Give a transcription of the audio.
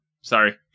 Sorry